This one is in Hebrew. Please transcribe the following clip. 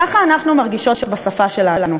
ככה אנחנו מרגישות בשפה שלנו.